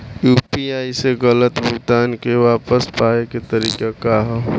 UPI से गलत भुगतान के वापस पाये के तरीका का ह?